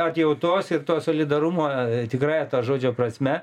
atjautos ir to solidarumo tikrąja to žodžio prasme